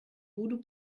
voodoo